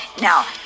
now